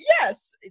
yes